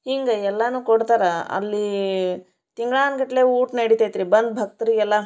ಹಿಂಗೆ ಎಲ್ಲಾ ಕೊಡ್ತಾರೆ ಅಲ್ಲಿ ತಿಂಗ್ಳಾನು ಗಟ್ಟಲೆ ಊಟ ನಡಿತೈತೆ ರೀ ಬಂದ ಭಕ್ತ್ರಿಗೆ ಎಲ್ಲ